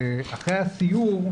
אחרי הסיור,